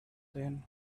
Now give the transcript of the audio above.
then